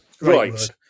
right